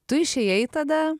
tu išėjai tada